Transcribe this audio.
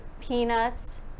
Peanuts